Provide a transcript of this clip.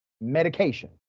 medication